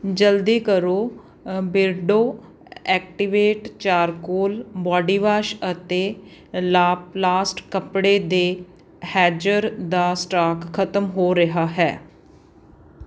ਜਲਦੀ ਕਰੋ ਬਿਰਡੋ ਐਕਟੀਵੇਟ ਚਾਰਕੋਲ ਬਾਡੀਵਾਸ਼ ਅਤੇ ਲਾਪਲਾਸਟ ਕੱਪੜੇ ਦੇ ਹੈਜ਼ਰ ਦਾ ਸਟਾਕ ਖਤਮ ਹੋ ਰਿਹਾ ਹੈ